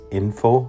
info